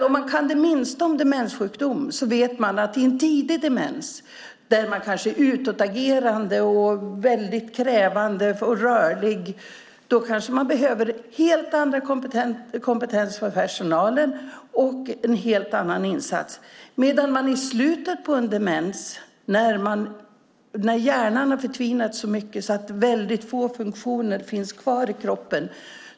Om man kan det minsta om demenssjukdomar vet man att i en tidig demens, då patienten kanske är utåtagerande och väldigt krävande och rörlig, kanske det behövs helt annan kompetens hos personalen och en helt annan insats än i slutet av en demens, då hjärnan har förtvinat så mycket att väldigt få funktioner finns kvar i kroppen.